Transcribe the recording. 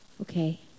Okay